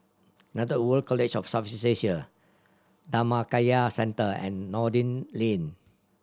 World College of Asia Dhammakaya Centre and Noordin Lane